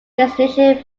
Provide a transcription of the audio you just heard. destination